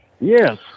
Yes